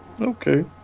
Okay